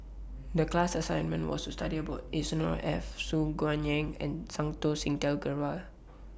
The class assignment was to study about Yusnor Ef Su Guaning and Santokh Singh Grewal